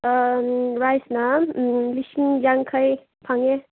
ꯔꯥꯏꯁꯅ ꯂꯤꯁꯤꯡ ꯌꯥꯡꯈꯩ ꯐꯪꯉꯦ